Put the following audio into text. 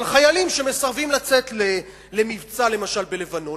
על חיילים שמסרבים לצאת למבצע בלבנון,